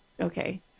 Okay